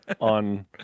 on